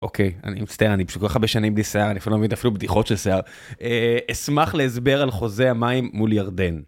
אוקיי, אני מצטער, אני פשוט כל כך הרבה שנים בלי שיער, אני פשוט לא מבין אפילו בדיחות של שיער. אשמח להסבר על חוזה המים מול ירדן.